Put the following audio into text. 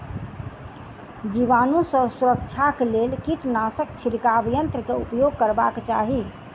जीवाणु सॅ सुरक्षाक लेल कीटनाशक छिड़काव यन्त्र के उपयोग करबाक चाही